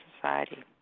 society